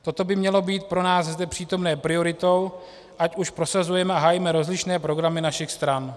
Toto by mělo být pro nás zde přítomné prioritou, ať už prosazujeme a hájíme rozlišné programy našich stran.